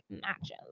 matches